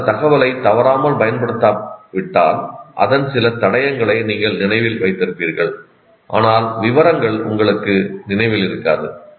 நீங்கள் அந்தத் தகவலை தவறாமல் பயன்படுத்தாவிட்டால் அதன் சில தடயங்களை நீங்கள் நினைவில் வைத்திருப்பீர்கள் ஆனால் விவரங்கள் உங்களுக்கு நினைவில் இருக்காது